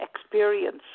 experience